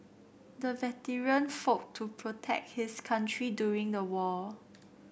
the veteran fought to protect his country during the war